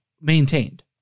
maintained